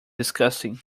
disgusting